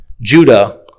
Judah